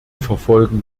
verfolgen